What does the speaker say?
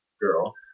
girl